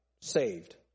saved